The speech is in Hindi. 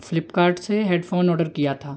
फ्लिपकार्ट से हेडफोन ऑर्डर किया था